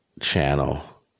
channel